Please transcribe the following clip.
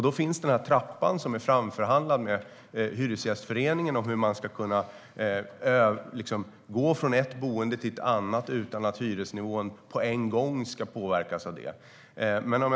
Då finns den trappa som är framförhandlad med Hyresgästföreningen om hur man ska kunna gå från ett boende till ett annat utan att hyresnivån ska påverkas av det på en gång.